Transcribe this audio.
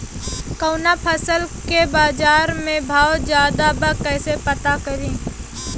कवना फसल के बाजार में भाव ज्यादा बा कैसे पता करि?